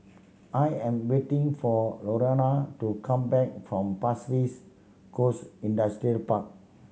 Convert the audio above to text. I am waiting for Lorena to come back from Pasir Ris Coast Industrial Park